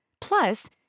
Plus